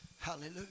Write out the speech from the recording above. Hallelujah